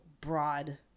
broad